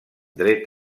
dret